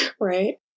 right